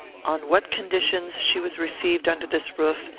on what conditions she was received under this roof,